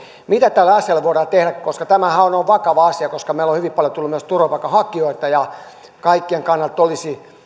mitä tälle asialle voidaan tehdä tämähän on on vakava asia koska meille on hyvin paljon tullut myös turvapaikanhakijoita kaikkien kannalta olisi